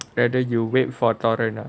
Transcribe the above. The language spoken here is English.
whether you wait for torrent ah